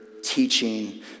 teaching